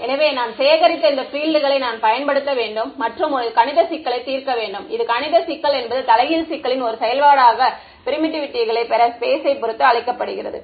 எனவே நான் சேகரித்த இந்த பீல்ட்களை நான் பயன்படுத்த வேண்டும் மற்றும் ஒரு கணித சிக்கலை தீர்க்க வேண்டும் இது கணித சிக்கல் என்பது தலைகீழ் சிக்கலின் ஒரு செயல்பாடாக பெர்மிட்டிவிட்டிகளை பெற ஸ்பேஸை பொறுத்து அழைக்கப்படுகிறது